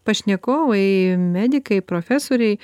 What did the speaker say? pašnekovai medikai profesoriai